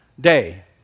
day